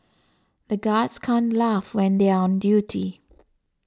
the guards can't laugh when they are on duty